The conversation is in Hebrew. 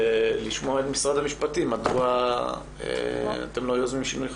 ולשמוע מהם מדוע אתם לא יוזמים שינוי חקיקה?